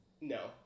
No